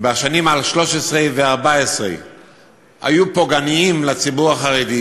בשנים 2013 ו-2014 היו פוגעניים לציבור החרדי,